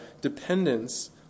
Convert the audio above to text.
dependence